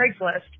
Craigslist